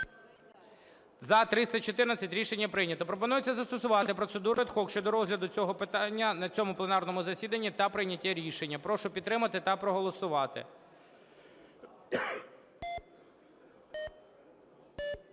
За-314 Рішення прийнято. Пропонується застосувати процедуру ad hoc щодо розгляду цього питання на цьому пленарному засіданні та прийняття рішення. Прошу підтримати та проголосувати.